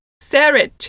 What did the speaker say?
Sarah